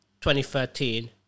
2013